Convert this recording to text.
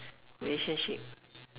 relationship